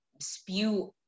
spew